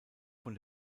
von